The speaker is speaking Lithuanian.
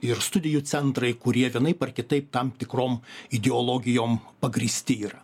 ir studijų centrai kurie vienaip ar kitaip tam tikrom ideologijom pagrįsti yra